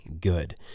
good